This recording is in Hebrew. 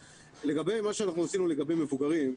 לגבי מה שאנחנו עשינו לגבי מבוגרים,